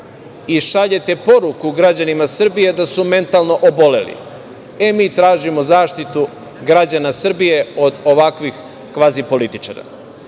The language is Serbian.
i šaljete poruku građanima Srbije da su mentalno oboleli. Mi tražimo zaštitu građana Srbije od ovakvih kvazipolitičara. Moje